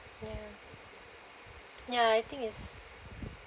ya ya I think it's